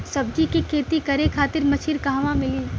सब्जी के खेती करे खातिर मशीन कहवा मिली?